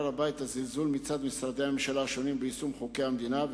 רבה את הזלזול מצד משרדי הממשלה השונים ביישום חוקי המדינה,